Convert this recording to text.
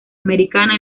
americana